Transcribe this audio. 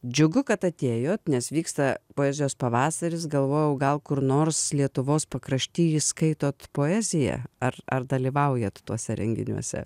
džiugu kad atėjot nes vyksta poezijos pavasaris galvojau gal kur nors lietuvos pakrašty skaitot poeziją ar ar dalyvaujat tuose renginiuose